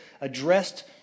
addressed